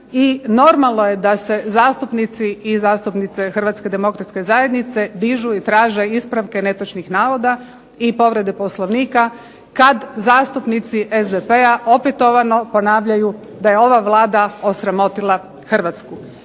normalno je da se zastupnici i zastupnice Hrvatske demokratske zajednice dižu i traže ispravke netočnih navoda i povrede Poslovnika kad zastupnici SDP-a opetovano ponavljaju da je ova Vlada osramotila Hrvatsku.